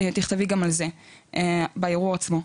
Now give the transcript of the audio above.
תכתבי גם על זה בערעור עצמו.